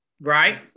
Right